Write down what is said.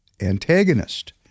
antagonist